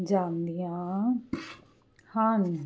ਜਾਂਦੀਆਂ ਹਨ